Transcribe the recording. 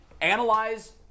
analyze